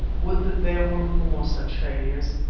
would that there were more such failures.